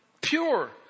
pure